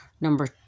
number